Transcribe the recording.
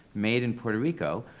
made in puerto rico,